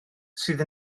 sydd